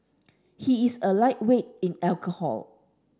he is a lightweight in alcohol